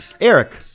Eric